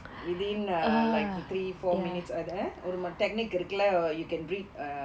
within uh like three four minutes அது ஒரு:athu oru technique இருக்குல:irukkula you can read